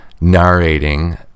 narrating